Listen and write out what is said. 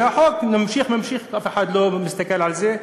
והחוק ממשיך וממשיך ואף אחד לא מסתכל על זה.